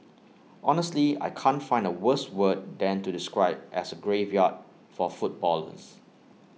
honestly I can't find A worse word than to describe as A graveyard for footballers